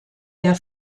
der